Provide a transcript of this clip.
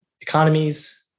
economies